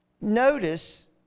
notice